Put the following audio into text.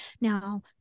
now